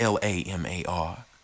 L-A-M-A-R